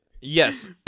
Yes